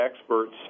experts